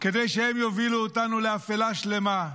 כדי שהם יובילו אותנו לאפלה שלמה,